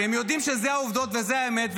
כי הם יודעים שאלה העובדות וזאת האמת,